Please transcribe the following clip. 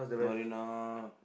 Marina